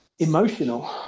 emotional